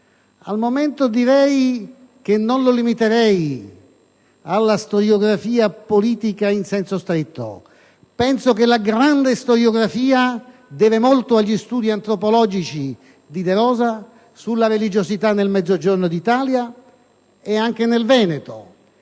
sottolineare che non lo limiterei alla storiografia politica in senso stretto. Penso che la grande storiografia debba molto agli studi antropologici di De Rosa sulla religiosità del Mezzogiorno d'Italia, ma anche nel Veneto,